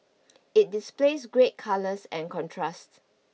it displays great colours and contrast